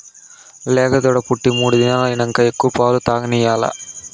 లేగదూడ పుట్టి మూడు దినాలైనంక ఎక్కువ పాలు తాగనియాల్ల